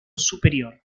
superior